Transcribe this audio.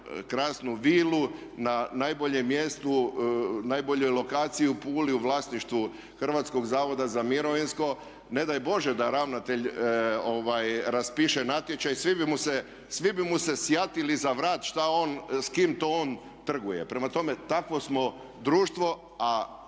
mjestu, najboljoj lokaciji u Puli u vlasništvu Hrvatskog zavoda za mirovinsko, ne daj Bože da ravnatelj raspiše natječaj svi bi mu se sjatili za vrat šta on, s kime on to trguje. Prema tome takvo smo društvo a